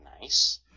nice